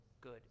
good